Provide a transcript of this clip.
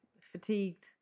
fatigued